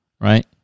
Right